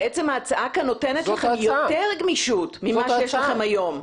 ההצעה כאן נותנת לכם יותר גמישות ממה שיש לכם היום,